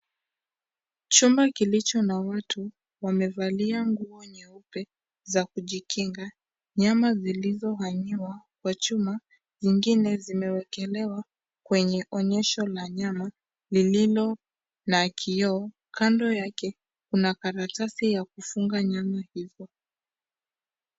Chumba kilicho na watu wamevalia nguo nyeupe za kujikinga nyama zilizohang'iwa kwa chuma zingine zime zimewekelewa kwenye onyesho la nyama lililo na kioo kando yake kuna karatasi ya kufunga nyama hizo.